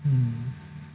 hmm